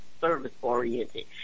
service-oriented